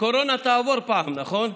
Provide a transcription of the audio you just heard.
הקורונה תעבור פעם, נכון?